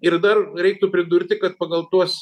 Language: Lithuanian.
ir dar reiktų pridurti kad pagal tuos